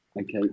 Okay